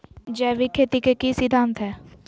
जैविक खेती के की सिद्धांत हैय?